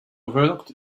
overlooked